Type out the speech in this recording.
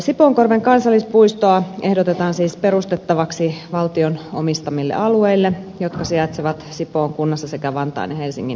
sipoonkorven kansallispuistoa ehdotetaan siis perustettavaksi valtion omistamille alueille jotka sijaitsevat sipoon kunnassa sekä vantaan ja helsingin kaupungeissa